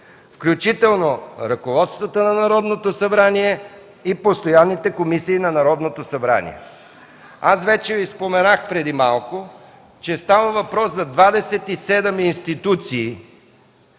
включително ръководствата на Народното събрание и постоянните комисии към Народното събрание.” Преди малко вече Ви споменах, че става въпрос за 27 институции,